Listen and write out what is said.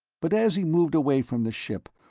but as he moved away from the ship,